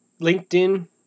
LinkedIn